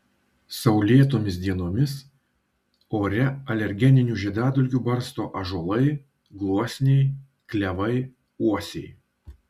saulėtomis dienomis ore alergeninių žiedadulkių barsto ąžuolai gluosniai klevai uosiai